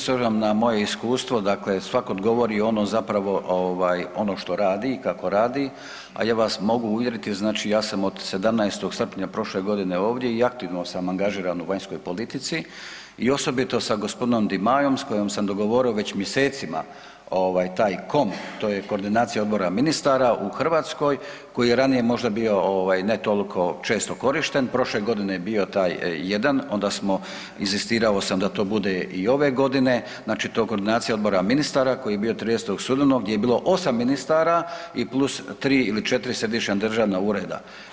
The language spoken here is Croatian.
S obzirom na moje iskustvo dakle svatko govori ono zapravo ovaj ono što radi i kako radi, a ja vas mogu uvjeriti znači ja sam od 17. srpnja prošle godine ovdje i aktivno sam angažiran u vanjskoj politici i osobito sa g. Di Maiom s kojim sam dogovorio već mjesecima ovaj taj KOM, to je Koordinacija odbora ministara u Hrvatskoj, koji je ranije možda bio ovaj ne tolko često korišten, prošle godine je bio taj jedan onda smo, inzistirao sam da to bude i ove godine, znači to Koordinacija odbora ministara koji je bio 30. studenog gdje je bilo 8 ministara i + 3 ili 4 središnja državna ureda.